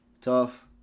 tough